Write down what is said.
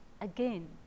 again